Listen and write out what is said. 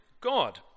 God